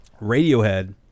Radiohead